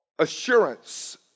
assurance